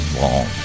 Long